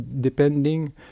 depending